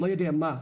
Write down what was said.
לא יודע מה,